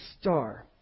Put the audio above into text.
star